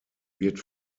wird